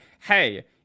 hey